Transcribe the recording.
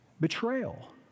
Betrayal